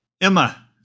Emma